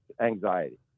anxiety